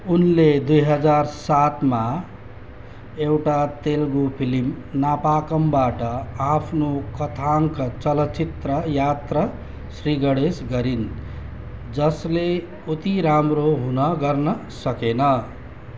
उनले दुई हजार सातमा एउटा तेलुगु फिल्म नापाकमबाट आफ्नो कथाङ्क चलचित्र यात्रा श्रीगणेश गरिन् जसले उति राम्रो हुन गर्न सकेन